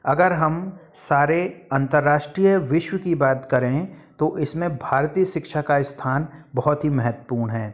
अगर हम सारे अंतरराष्ट्रीय विश्व की बात करें तो इसमें भारतीय शिक्षा का स्थान बहुत ही महत्वपूर्ण